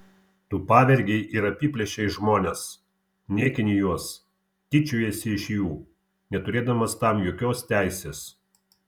tu pavergei ir apiplėšei žmones niekini juos tyčiojiesi iš jų neturėdamas tam jokios teisės